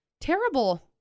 Terrible